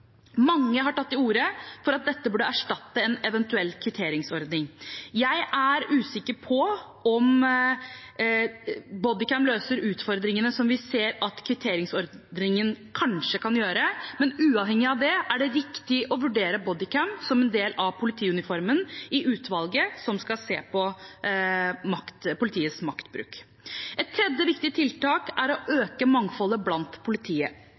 Mange har tatt til orde for at dette burde erstatte en eventuell kvitteringsordning. Jeg er usikker på om Bodycam løser utfordringene som vi ser at en kvitteringsordning kanskje kan gjøre. Men uavhengig av det er det riktig å vurdere Bodycam som en del av politiuniformen for utvalget som skal se på politiets maktbruk. Et tredje viktig tiltak er å øke mangfoldet blant politiet.